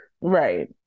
Right